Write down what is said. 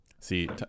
See